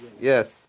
yes